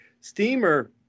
Steamer